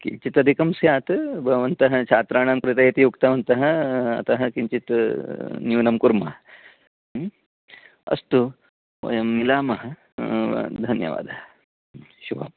किञ्चित् अधिकं स्यात् भवन्तः छात्राणां कृते इति उक्तवन्तः अतः किञ्चित् न्यूनं कुर्मः अस्तु वयं मिलामः धन्यवादः शुभम्